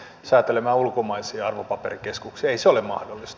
ei se ole mahdollista